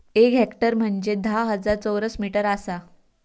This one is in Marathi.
एक हेक्टर म्हंजे धा हजार चौरस मीटर आसा